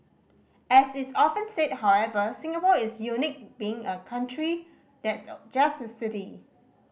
as is often said however Singapore is unique in being a country that's just a city